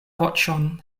voĉon